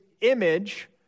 image